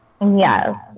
Yes